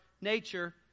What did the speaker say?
nature